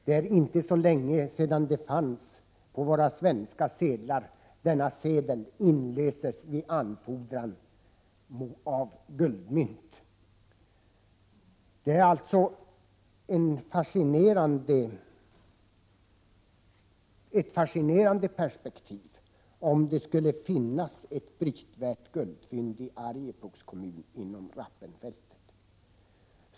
Det är inte så länge sedan som det på våra svenska sedlar stod: Denna sedel inlöses vid anfordran av guldmynt. Det är alltså ett fascinerande perspektiv om det skulle finnas ett brytvärt guldfynd inom Rappenfältet i Arjeplogs kommun.